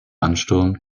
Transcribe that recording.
ansturm